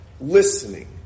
listening